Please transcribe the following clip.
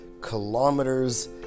kilometers